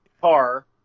car